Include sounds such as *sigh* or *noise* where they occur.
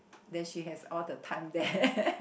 then she has all the time there *laughs*